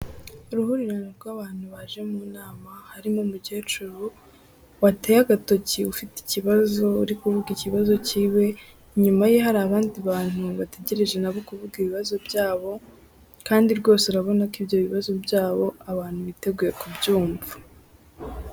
Uruhurirane rw'abantu baje mu nama harimo umukecuru wateye agatoki ufite ikibazo uri kuvuga ikibazo cyiwe, inyuma ye hari abandi bantu bategereje nabo kuvuga ibibazo byabo, kandi rwose urabona ko ibyo bibazo byabo abantu biteguye kubyumva.